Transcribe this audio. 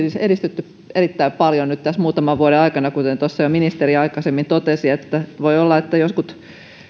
edistytty erittäin paljon tässä nyt muutaman vuoden aikana kuten tuossa jo ministeri aikaisemmin totesi voi olla että jotkut